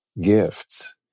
gifts